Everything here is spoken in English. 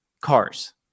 cars